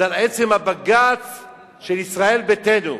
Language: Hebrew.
זה על עצם הבג"ץ של ישראל ביתנו.